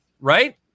Right